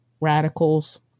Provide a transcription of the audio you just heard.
radicals